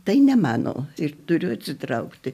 tai ne mano ir turiu atsitraukti